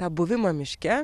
tą buvimą miške